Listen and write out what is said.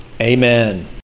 Amen